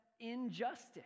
injustice